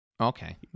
Okay